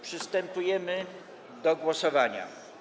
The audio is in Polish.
Przystępujemy do głosowania.